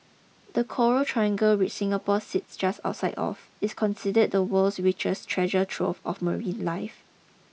the coral triangle which Singapore sits just outside of is considered the world's richest treasure trove of marine life